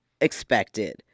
expected